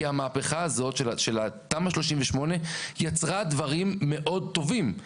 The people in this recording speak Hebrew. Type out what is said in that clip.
כי המהפכה הזאת של תמ"א 38 יצרה דברים מאוד טובים.